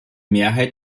mehrheit